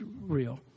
real